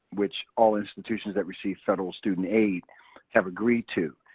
which all institutions that receive federal student aid have agreed to.